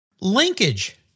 Linkage